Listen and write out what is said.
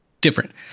different